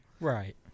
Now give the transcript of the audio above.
Right